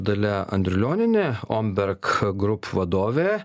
dalia andriulionienė omberg group vadovė